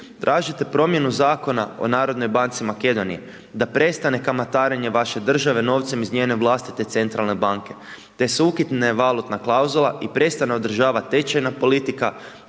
tražite promjenu zakona o Narodnoj banci Makedonije, da prestane kamatarenje vaše države novcem iz njene vlastite centralne banke, te da se ukine valutna klauzula i prestane održavati tečajna politika,